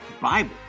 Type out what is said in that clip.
bible